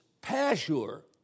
Pashur